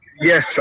Yes